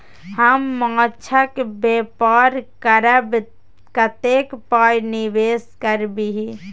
हम माछक बेपार करबै कतेक पाय निवेश करबिही?